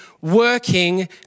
working